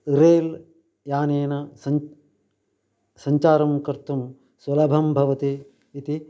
rail यानेन सञ्च् सञ्चारं कर्तुं सुलभं भवति इति